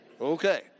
Okay